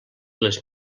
les